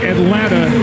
Atlanta